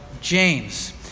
James